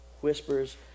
whispers